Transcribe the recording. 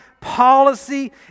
policy